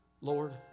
Lord